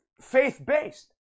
faith-based